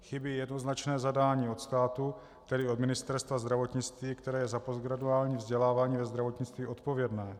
Chybí jednoznačné zadání od státu, tedy od Ministerstva zdravotnictví, které je za postgraduální vzdělávání ve zdravotnictví odpovědné.